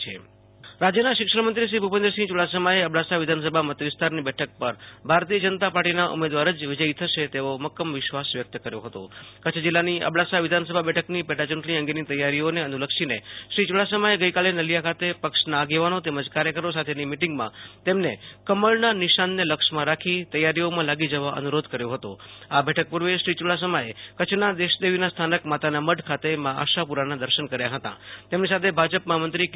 આશુ તોષ અંતાણી રાજ્યમંત્રીઃઅબડાસા પેટાયું ટણીઃ રાજ્યના શિક્ષણમંત્રી શ્રી ભૂ પેન્દ્રસિંહ યૂ ડાસમાએ અબડાસા વિધાનસભા મતવિસ્તારની બેઠક પર ભારતિય જનતા પાર્ટીના ઉમેદવાર જ વિજયી થશે તેવો મક્કમ વિશ્વાસ વ્યક્ત કર્યો હતો કચ્છ જિલ્લાની અબડાસા વિધાનસભા બેઠકની પેટાયું ટણી અંગેની તૈયારીઓને અનુ લક્ષીને શ્રી યૂ ડાસમાએ ગઈકાલે નલિયા ખાતે પક્ષના આગેવાનો તેમજ કાર્યકરો સાથેની મિટીંગમાં તેમને કમળના નિશાનને લક્ષમાં રાખી તૈયારીઓમાં લાગી જેવા અનુ રોધ કર્યો જેતો આ બેઠક પૂર્વે શ્રી યૂ ડાસમાંથે કચ્છના દેશદેવીના સ્થાનક માતાના મઢ ખાતે મા આશાપુરાના દર્શન કર્યાં હતાં તેમની સાથે ભાજપ મહામંત્રી કે